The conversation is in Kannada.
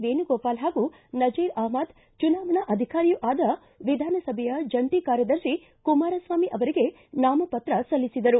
ವೇಣುಗೋಪಾಲ್ ಹಾಗೂ ನಜೀರ್ ಅಹಮದ್ ಚುನಾವಣಾ ಅಧಿಕಾರಿಯೂ ಅದ ವಿಧಾನಸಭೆಯ ಜಂಟ ಕಾರ್ಯದರ್ಶಿ ಕುಮಾರಸ್ವಾಮಿ ಅವರಿಗೆ ನಾಮಪತ್ರ ಸಲ್ಲಿಸಿದರು